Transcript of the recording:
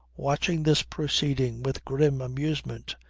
watching this proceeding with grim amusement,